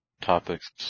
topics